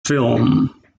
film